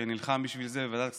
שנלחם בשביל זה בוועדת כספים.